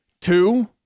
Two